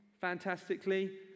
fantastically